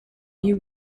you